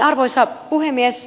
arvoisa puhemies